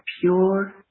pure